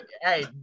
hey